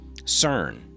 CERN